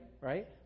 right